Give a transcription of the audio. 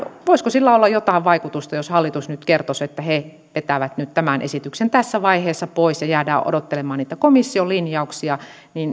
voisiko sillä olla jotain vaikutusta jos hallitus nyt kertoisi että he vetävät nyt tämän esityksen tässä vaiheessa pois ja jäädään odottelemaan niitä komission linjauksia